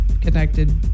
connected